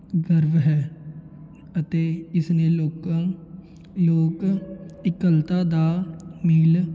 ਗਰਵ ਹੈ ਅਤੇ ਇਸਨੇ ਲੋਕਾ ਲੋਕ ਇਕੱਲਤਾ ਦਾ ਮੀਲ